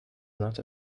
not